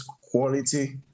quality